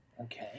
Okay